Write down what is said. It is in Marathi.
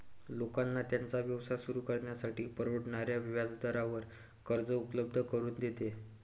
लोकांना त्यांचा व्यवसाय सुरू करण्यासाठी परवडणाऱ्या व्याजदरावर कर्ज उपलब्ध करून देते